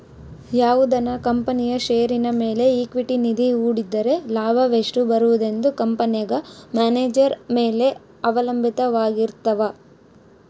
ಯಾವುದನ ಕಂಪನಿಯ ಷೇರಿನ ಮೇಲೆ ಈಕ್ವಿಟಿ ನಿಧಿ ಹೂಡಿದ್ದರೆ ಲಾಭವೆಷ್ಟು ಬರುವುದೆಂದು ಕಂಪೆನೆಗ ಮ್ಯಾನೇಜರ್ ಮೇಲೆ ಅವಲಂಭಿತವಾರಗಿರ್ತವ